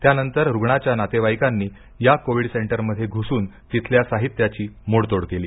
त्यानंतर रुग्णाच्या नातेवाईकांनी या कोवीड सेंटरमध्ये घुसून तिथल्या साहित्याची मोडतोड केली